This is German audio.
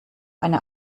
eine